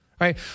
right